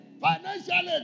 Financially